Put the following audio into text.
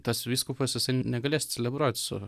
tas vyskupas jisai negalės celebruoti su